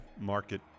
Market